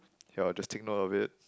yea just take note of it